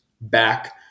back